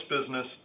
business